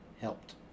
helped